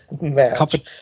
match